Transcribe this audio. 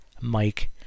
Mike